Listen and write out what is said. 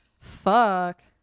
Fuck